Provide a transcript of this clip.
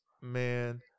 man